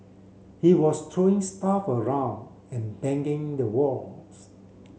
he was throwing stuff around and banging the walls